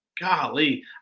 golly